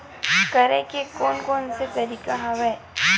करे के कोन कोन से तरीका हवय?